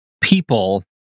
people